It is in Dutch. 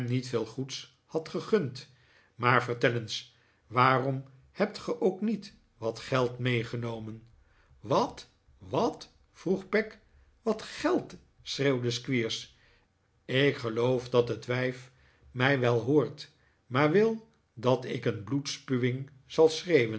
niet veel goeds hadt gegund maar vertel eens waarom hebt ge ook niet wat geld meegenomen wat wat vroeg peg wat geld schreeuwde squeers ik geloof dat het wijf mij wel hoort maar wil dat ik mij een bloedspuwing zal schreeuwen